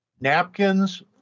napkins